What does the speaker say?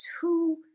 two